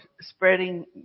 spreading